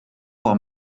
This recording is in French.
voir